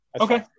Okay